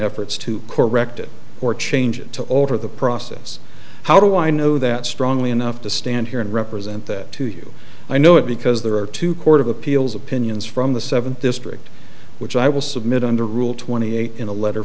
efforts to correct it or change it to alter the process how do i know that strongly enough to stand here and represent that to you i know it because there are two court of appeals opinions from the seventh district which i will submit under rule twenty eight in a letter